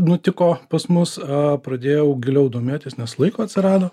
nutiko pas mus pradėjau giliau domėtis nes laiko atsirado